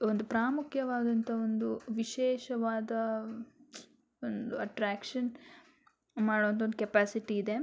ಒಂದು ಪ್ರಾಮುಖ್ಯವಾದಂಥ ಒಂದು ವಿಶೇಷವಾದ ಒಂದು ಅಟ್ರಾಕ್ಷನ್ ಮಾಡುವಂಥ ಒಂದು ಕೆಪ್ಯಾಸಿಟಿ ಇದೆ